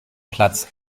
platz